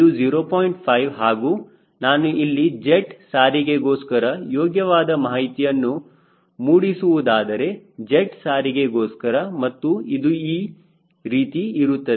5 ಹಾಗೂ ನಾನು ಇಲ್ಲಿ ಜೆಟ್ ಸಾರಿಗೆಗೋಸ್ಕರ ಯೋಗ್ಯವಾದ ಮಾಹಿತಿಯನ್ನು ಮೂಡಿಸುವುದಾದರೆ ಜೆಟ್ ಸಾರಿಗೆಗೋಸ್ಕರ ಮತ್ತು ಇದು ಈ ರೀತಿ ಇರುತ್ತದೆ